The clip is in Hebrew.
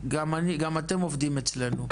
גם אתם עובדים אצלנו.